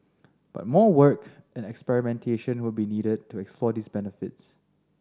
but more work and experimentation would be needed to explore these benefits